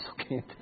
Okay